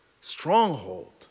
stronghold